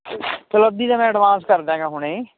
ਫੇਰ ਅੱਧੀ ਤਾਂ ਮੈਂ ਅਡਵਾਂਸ ਕਰ ਦਿਆਂਗਾ ਹੁਣੇ ਈ